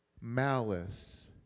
malice